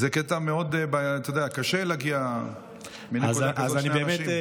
אתה יודע, קשה להגיע מנקודה כזאת לאנשים.